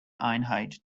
einheit